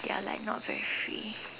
they are like not very free